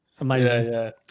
Amazing